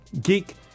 Geek